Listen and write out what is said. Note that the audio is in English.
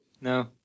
No